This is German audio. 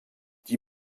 die